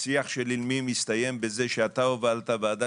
ובשיח של אילמים הסתיים בזה שאתה הובלת ועדה